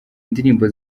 ndirimbo